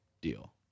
deal